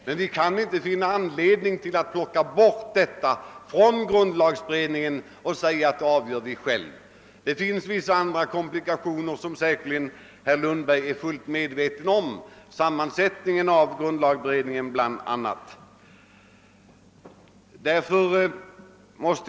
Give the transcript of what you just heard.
Men vi har inte funnit anledning att plocka bort detta från grundlagberedningen och säga att den frågan avgör vi själva. Det finns vissa komplikationer, som herr Lundberg säkerligen är fullt medveten om — bl.a. sammansättningen av grundlagberedningen.